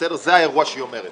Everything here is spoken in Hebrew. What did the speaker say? זה האירוע שהיא אומרת